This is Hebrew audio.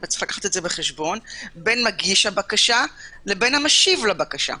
יש לקחת את זה בחשבון בין מגיש הבקשה למשיב לבקשה.